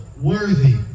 worthy